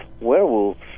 werewolves